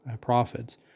prophets